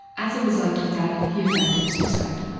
as a result of that he attempted suicide.